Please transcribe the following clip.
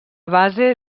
base